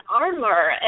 armor